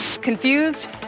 Confused